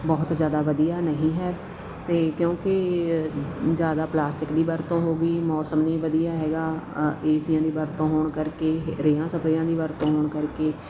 ਬਹੁਤ ਜ਼ਿਆਦਾ ਵਧੀਆ ਨਹੀਂ ਹੈ ਅਤੇ ਕਿਉਂਕਿ ਜ਼ਿਆਦਾ ਪਲਾਸਟਿਕ ਦੀ ਵਰਤੋਂ ਹੋ ਗਈ ਮੌਸਮ ਨਹੀਂ ਵਧੀਆ ਹੈਗਾ ਏਸੀਆਂ ਦੀ ਵਰਤੋਂ ਹੋਣ ਕਰਕੇ ਰੇਹਾਂ ਸਪਰੇਆਂ ਦੀ ਵਰਤੋਂ ਹੋਣ ਕਰਕੇ